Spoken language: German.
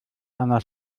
einer